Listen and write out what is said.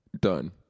done